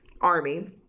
ARMY